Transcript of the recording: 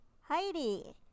Heidi